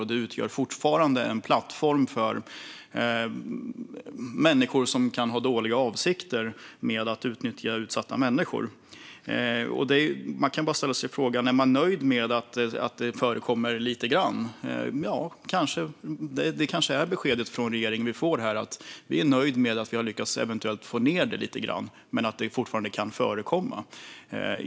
Detta utgör fortfarande en plattform för människor som kan ha dåliga avsikter och utnyttjar utsatta människor. Den fråga man kan ställa sig är: Är man nöjd med att det bara förekommer lite grann? Ja, det kanske är det besked vi får av regeringen. Regeringen är nöjd med att man eventuellt har lyckats få ned tiggeriet lite grann, men det kan fortfarande förekomma.